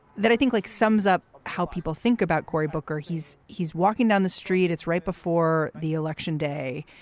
that i think like sums up how people think about cory booker. he's he's walking down the street. it's right before the election day.